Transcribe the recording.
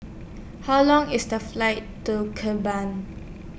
How Long IS The Flight to